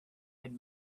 had